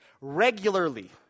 regularly